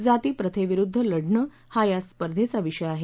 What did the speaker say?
जातीप्रथेविरुद्ध लढणं हा या स्पर्धेचा विषय आहे